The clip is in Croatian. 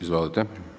Izvolite.